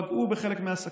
שהן פגעו בחלק מהעסקים.